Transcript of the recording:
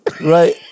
right